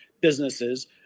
businesses